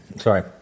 Sorry